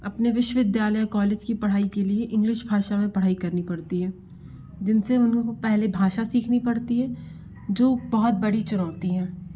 अपने विश्वविद्यालय कॉलेज की पढ़ाई के लिए इंगलिश भाषा में पढ़ाई करनी पड़ती है जिन से उन लोगों को पहले भाषा सीखनी पड़ती है जो बहुत बड़ी चुनौती है